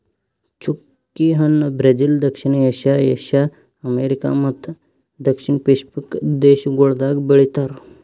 ಚ್ಚುಕಿ ಹಣ್ಣ ಬ್ರೆಜಿಲ್, ದಕ್ಷಿಣ ಏಷ್ಯಾ, ಏಷ್ಯಾ, ಅಮೆರಿಕಾ ಮತ್ತ ದಕ್ಷಿಣ ಪೆಸಿಫಿಕ್ ದೇಶಗೊಳ್ದಾಗ್ ಬೆಳಿತಾರ್